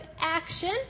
action